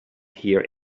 here